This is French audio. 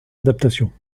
adaptations